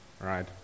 right